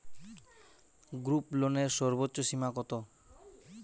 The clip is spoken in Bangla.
গ্রুপলোনের সর্বোচ্চ সীমা কত?